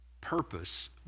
purpose